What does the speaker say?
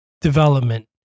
Development